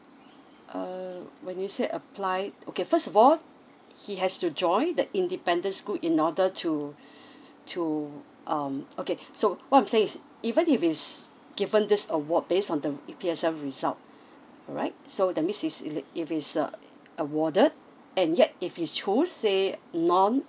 uh when you said apply okay first of all he has to join that independent school in order to to um okay so what I'm saying is even if he is given this award based on the P_S_L_E result alright so that means he is if he's uh awarded and yet if he chose say non~